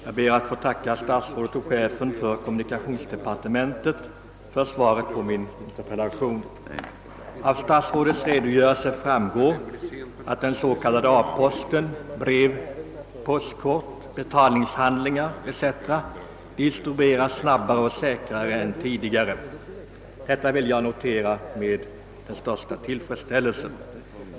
Herr talman! Jag ber att få tacka statsrådet och chefen för kommunikationsdepartementet för svaret på min interpellation. Av statsrådets redogörelse framgår att den s.k. A-posten, d.v.s. brev, postkort, betalningshandlingar etc., nu distribueras snabbare och säkrare än tidigare. Detta vill jag notera med största tillfredsställelse.